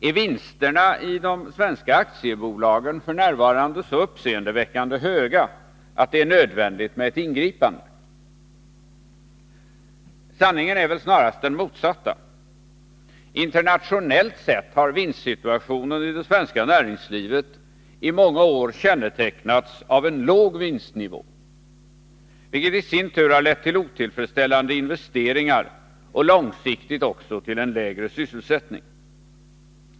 Är vinsterna i de svenska aktiebolagen f. n. så uppseendeväckande höga att det är nödvändigt med ett ingripande? Sanningen är väl snarast den motsatta. Internationellt sett har vinstsituationen i det svenska näringslivet i många år kännetecknats av en låg vinstnivå — vilket i sin tur har lett till otillfredsställande investeringar och långsiktigt också till en lägre sysselsättning.